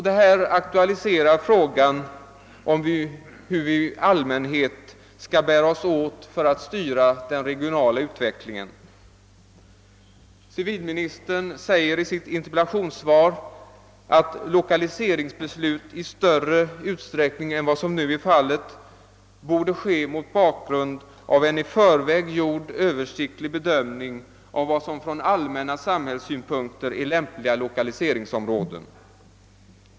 Detta aktualiserar frågan om hur vi i allmänhet skall kunna styra den regionala utvecklingen. Civilministern sär ger i sitt interpellationssvar att lokaliseringsbeslut i större utsträckning än vad som nu är fallet borde ske mot bakgrund av en i förväg gjord översiktlig bedömning av vad som från allmänna samhällssynpunkter är lämpliga lokaliseringsområden.